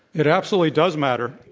it absolutely does matter.